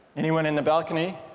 anyone in the balcony?